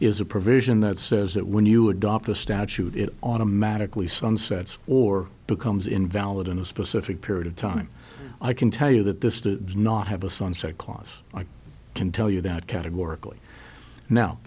is a provision that says that when you adopt a statute it automatically sunsets or becomes invalid in a specific period of time i can tell you that this to not have a sunset clause i can tell you that categor